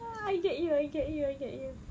ah I get you I get you I get you